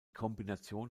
kombination